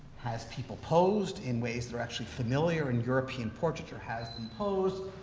has people posed in ways that are actually familiar in european portraiture. has them posed.